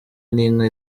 n’inka